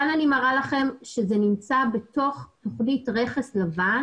כאן אני מראה לכם שזה נמצא בתוך רכס לבן.